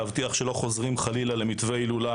להבטיח שלא חוזרים חלילה למתווה ההילולה